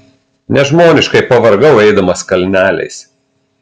nežmoniškai pavargau eidamas kalneliais